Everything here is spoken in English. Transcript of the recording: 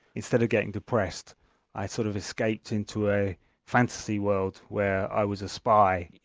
instead of getting depressed i sort of escaped into a fantasy world where i was a spy.